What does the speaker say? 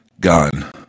Gone